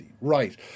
Right